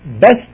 best